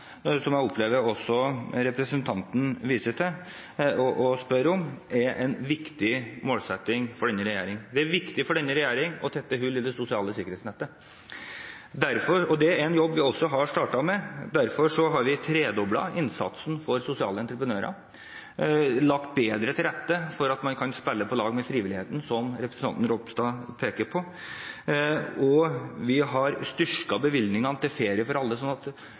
som jeg opplever at representanten viser til og spør om er en viktig målsetting for denne regjeringen? Det er viktig for denne regjeringen å tette hull i det sosiale sikkerhetsnettet. Det er en jobb vi har startet med. Derfor har vi tredoblet innsatsen for sosiale entreprenører, lagt bedre til rette for at man kan spille på lag med frivilligheten, som representanten Ropstad peker på. Vi har styrket bevilgningene til Ferie for alle, slik at